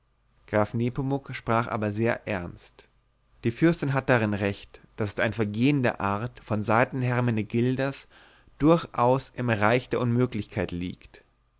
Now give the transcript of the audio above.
graf nepomuk sprach aber sehr ernst die fürstin hat darin recht daß ein vergehen der art von seiten hermenegildas durchaus im reich der unmöglichkeit liegt